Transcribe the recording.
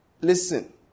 Listen